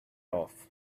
off